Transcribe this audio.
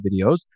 videos